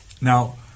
Now